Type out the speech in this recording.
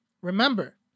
remember